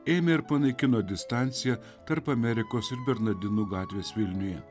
ėmė ir panaikino distanciją tarp amerikos ir bernardinų gatvės vilniuje